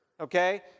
okay